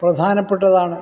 പ്രധാനപ്പെട്ടതാണ്